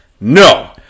no